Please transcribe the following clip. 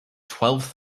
twelve